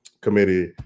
committee